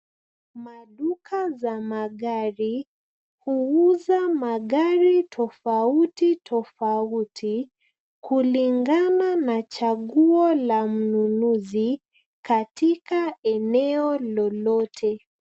Maduka za magari huuza magari tofauti tofauti kulingana na chaguo la mnunuzi katika eneo lolote.